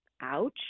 ouch